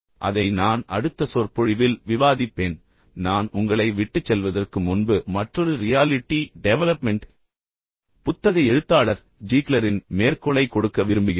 இப்போது அதை நான் அடுத்த சொற்பொழிவில் விவாதிப்பேன் ஆனால் நான் உங்களை விட்டுச் செல்வதற்கு முன்பு மற்றொரு ரியாலிட்டி டெவலப்மென்ட் புத்தக எழுத்தாளர் ஜீக்லரின் மேற்கோளை கொடுக்க விரும்புகிறேன்